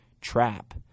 trap